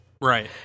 Right